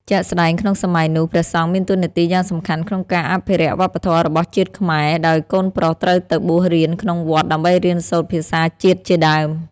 ជាក់ស្ដែង ក្នុងសម័យនោះ ព្រះសង្ឃមានតួនាទីយ៉ាងសំខាន់ក្នុងការអភិរក្សវប្បធម៌របស់ជាតិខ្មែរ ដោយកូនប្រុសត្រូវទៅបួសរៀនក្នុងវត្តដើម្បីរៀនសូត្រភាសាជាតិជាដើម។